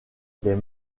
des